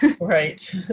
Right